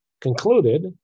concluded